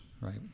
right